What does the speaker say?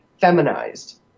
feminized